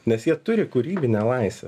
nes jie turi kūrybinę laisvę